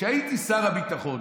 כשהייתי שר הביטחון